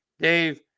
Dave